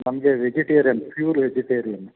ನಮಗೆ vegetarian pure vegetarian